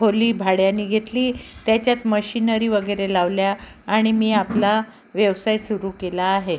खोली भाड्यानी घेतली त्याच्यात मशीनरी वगैरे लावल्या आणि मी आपला व्यवसाय सुरू केला आहे